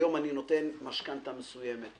היום אני נותן משכנתא מסוימת,